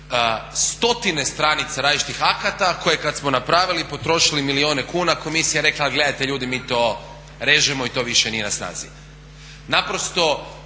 stotine stranica različitih akata koje kad smo napravili, potrošili milijune kuna Komisija rekla a gledajte ljudi mi to režemo i to više nije na snazi. Naprosto